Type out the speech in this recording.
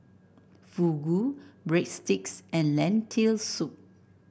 Fugu Breadsticks and Lentil Soup